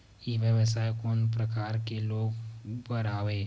ई व्यवसाय कोन प्रकार के लोग बर आवे?